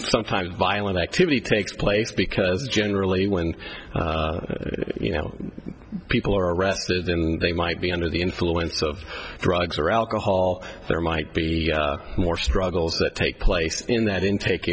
sometimes violent activity takes place because generally when you know people are arrested and they might be under the influence of drugs or alcohol there might be more struggles that take place in that intake